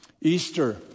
Easter